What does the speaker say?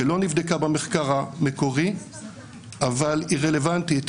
שלא נבדקה במחקר המקורי אבל כרגע היא רלוונטית.